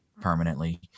permanently